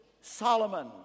Solomon